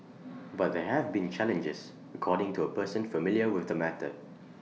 but there have been challenges according to A person familiar with the matter